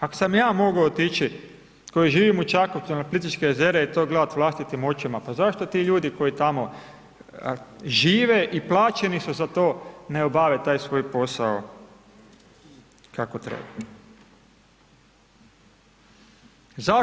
Ako sam ja mogao otići koji živim u Čakovcu na Plitvičkim jezera i to gledat vlastitim očima, pa zašto ti ljudi koji tamo žive i plaćeni su za to, ne obave taj svoj posao kako treba?